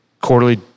quarterly